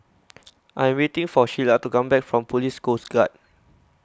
I'm waiting for Shelia to come back from Police Coast Guard